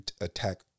attack